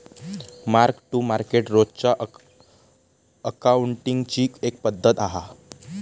mark to market रोजच्या अकाउंटींगची एक पद्धत हा